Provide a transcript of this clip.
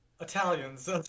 Italians